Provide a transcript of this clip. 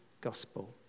Gospel